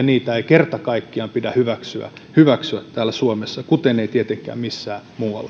niitä ei kerta kaikkiaan pidä hyväksyä täällä suomessa kuten ei tietenkään missään muuallakaan